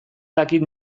dakit